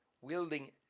Wielding